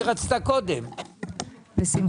היא רצתה קודם בשמחה,